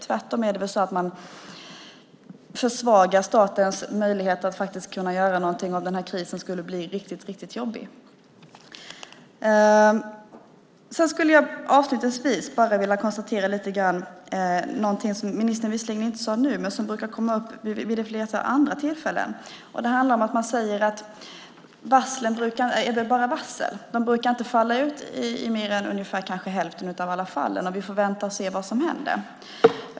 Tvärtom är det väl så att man försvagar statens möjligheter att faktiskt kunna göra någonting om den här krisen skulle bli riktigt jobbig. Jag skulle avslutningsvis vilja kommentera någonting som ministern visserligen inte sade nu men som brukar komma upp vid ett flertal andra tillfällen. Man säger nämligen att det bara är fråga om varsel och att de inte brukar falla ut i mer än kanske hälften av alla fallen samt att vi får vänta och se vad som händer.